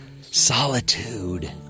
Solitude